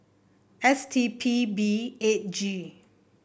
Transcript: S T P B eight G